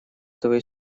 твою